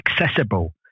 accessible